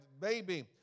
baby